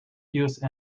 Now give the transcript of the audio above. use